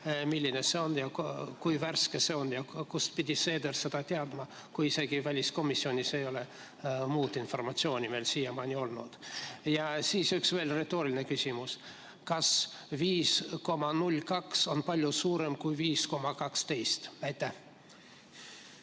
milline see on ja kui värske see on ja kust pidi Seeder seda teadma, kui isegi väliskomisjonis ei ole muud informatsiooni meil siiamaani olnud. Ja siis üks retooriline küsimus: kas 5,02 on palju suurem kui 5,12?